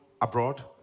abroad